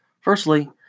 Firstly